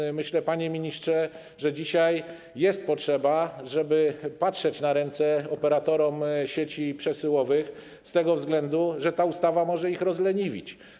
I myślę, panie ministrze, że dzisiaj jest potrzeba, żeby patrzeć na ręce operatorom sieci przesyłowych z tego względu, że ta ustawa może ich rozleniwić.